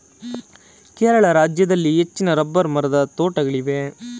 ಕೇರಳ ರಾಜ್ಯದಲ್ಲಿ ಹೆಚ್ಚಿನ ರಬ್ಬರ್ ಮರದ ತೋಟಗಳಿವೆ